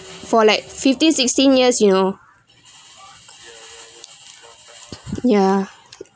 for like fifteen sixteen years you know ya